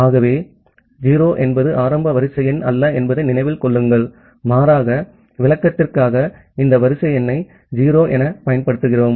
ஆகவே 0 என்பது ஆரம்ப வரிசை எண் அல்ல என்பதை நினைவில் கொள்ளுங்கள் மாறாக விளக்கத்திற்காக இந்த வரிசை எண்ணை 0 எனப் பயன்படுத்துகிறோம்